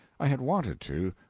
i had wanted to,